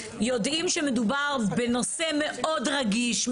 יודעים שמדובר בנושא מאוד רגיש,